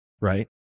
right